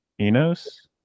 Enos